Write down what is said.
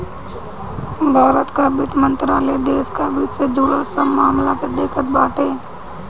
भारत कअ वित्त मंत्रालय देस कअ वित्त से जुड़ल सब मामल के देखत बाटे